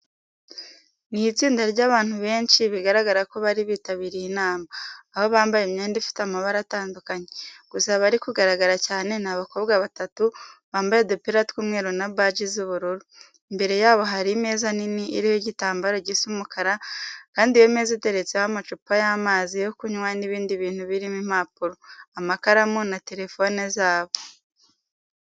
Ni istinda ry'abantu benshi bigaragara ko bari bitabiriye inama, aho bambaye imyenda ifite amabara atandukanye. Gusa abari kugaragara cyane ni abakobwa batatu bambaye udupira tw'umweru na baji z'ubururu. Imbere yabo hari imeza nini iriho igitambaro gisa umukara kandi iyo meza iteretseho amacupa y'amazi yo kunywa n'ibindi bintu birimo impapuro, amakaramu na telefone zabo.